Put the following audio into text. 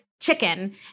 chicken